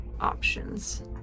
options